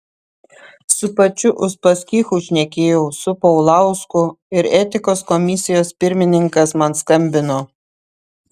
su pačiu uspaskichu šnekėjau su paulausku ir etikos komisijos pirmininkas man skambino